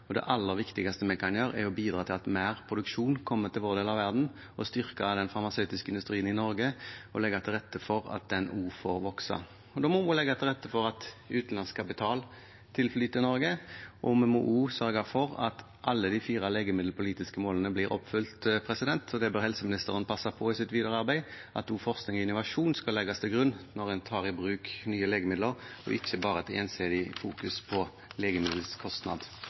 Det aller viktigste vi kan gjøre, er å bidra til at mer produksjon kommer til vår del av verden, styrke den farmasøytiske industrien i Norge og legge til rette for at den også får vokse. Da må vi legge til rette for at utenlandsk kapital tilflyter Norge, og vi må også sørge for at alle de fire legemiddelpolitiske målene blir oppfylt. Det bør helseministeren passe på i sitt videre arbeid, slik at også forskning og innovasjon legges til grunn når en tar i bruk nye legemidler, og at en ikke bare har et ensidig fokus på